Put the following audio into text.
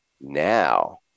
Now